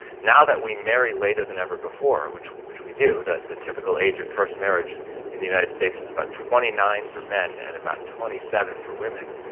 now that we marry later than ever before, which which we do, the typical age of first marriage in the united states is about twenty nine for men and about twenty seven for women,